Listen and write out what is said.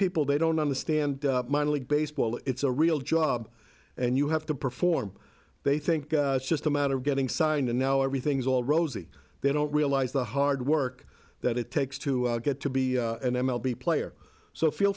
people they don't understand my league baseball it's a real job and you have to perform they think it's just a matter of getting signed and now everything's all rosy they don't realize the hard work that it takes to get to be an m l be player so feel